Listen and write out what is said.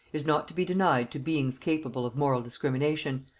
is not to be denied to beings capable of moral discrimination,